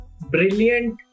brilliant